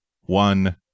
one